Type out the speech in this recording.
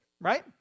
right